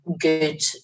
good